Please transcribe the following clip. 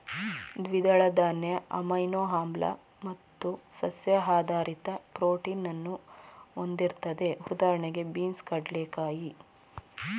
ದ್ವಿದಳ ಧಾನ್ಯ ಅಮೈನೋ ಆಮ್ಲ ಮತ್ತು ಸಸ್ಯ ಆಧಾರಿತ ಪ್ರೋಟೀನನ್ನು ಹೊಂದಿರ್ತದೆ ಉದಾಹಣೆಗೆ ಬೀನ್ಸ್ ಕಡ್ಲೆಕಾಯಿ